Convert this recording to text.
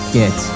get